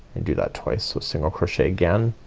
and do that twice. so single crochet again,